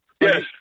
yes